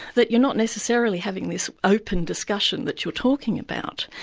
that you're not necessarily having this open discussion that you're talking about,